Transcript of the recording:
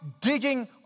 digging